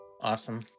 Awesome